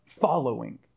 following